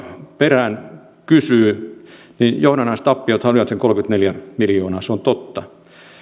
perään kysyy niin johdannaistappiothan olivat sen kolmekymmentäneljä miljoonaa se on totta